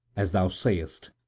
as thou sayest.